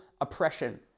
oppression